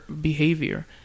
behavior